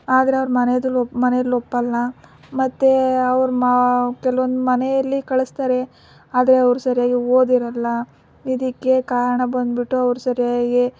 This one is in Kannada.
ಆದರೆ ಅವರ ಮನೆಯದು ಮನೆಯಲ್ಲಿ ಒಪ್ಪೋಲ್ಲ ಮತ್ತು ಅವರ ಮಾ ಕೆಲವೊಂದು ಮನೆಯಲ್ಲಿ ಕಳಿಸ್ತಾರೆ ಆದರೆ ಅವರು ಸರಿಯಾಗಿ ಓದಿರೋಲ್ಲ ಇದಕ್ಕೆ ಕಾರಣ ಬಂದುಬಿಟ್ಟು ಅವ್ರು ಸರಿಯಾಗಿ